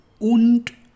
und